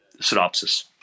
synopsis